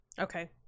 okay